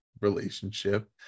relationship